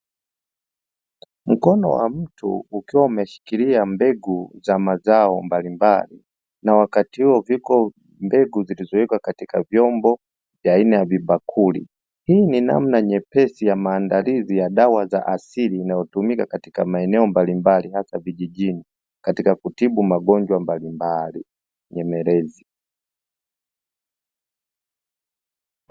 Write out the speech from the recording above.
Mkono wa mtu ukiwa umeshikilia mbegu za mazao mbalimbali na wakati huo zipo mbegu ziliwekwa katika vyombo aina ya vibakuli, hii ni namna nyepesi ya maandalizi ya dawa ya asili inayotumika katika maeneo mbalimbali hasa vijijini katika kutibu magonjwa mbalimbali nyemelezi.